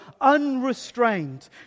unrestrained